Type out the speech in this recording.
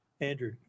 andrew